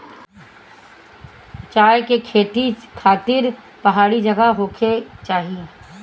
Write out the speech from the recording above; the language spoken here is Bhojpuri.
चाय के खेती खातिर पहाड़ी जगह होखे के चाही